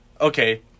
okay